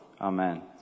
Amen